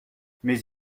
mais